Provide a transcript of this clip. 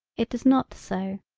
it does not so.